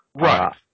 Right